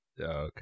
Okay